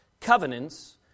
covenants